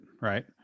Right